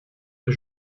que